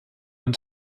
man